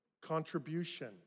contribution